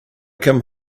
come